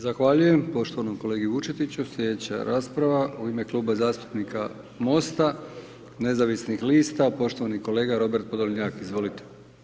Zahvaljujem poštovanom kolegi Vučetiću, sljedeća rasprava u ime Kluba zastupnika Mosta nezavisnih lista, poštovani kolega Robert Podolnjak, izvolite.